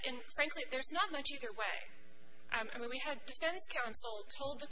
and there's not much either way i mean we had t